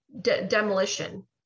demolition